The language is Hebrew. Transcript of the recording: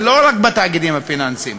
ולא רק בתאגידים הפיננסיים,